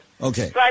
Okay